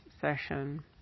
session